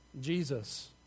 Jesus